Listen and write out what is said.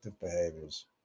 behaviors